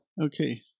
Okay